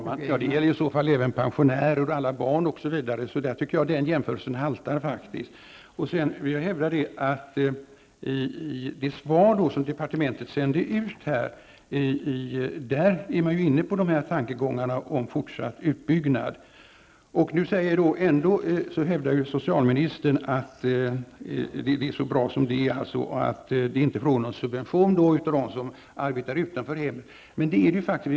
Fru talman! Det gäller i så fall även pensionärer, alla barn osv. Den jämförelsen haltar faktiskt. Jag vill också hävda att man i svaret från departementet är inne på tankegångar om en fortsatt utbyggnad. Nu hävdar socialministern att det är bra som det är. Det är inte fråga om någon subvention för dem som arbetar utanför hemmet, menar han. Men det är det ju faktiskt.